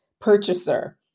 purchaser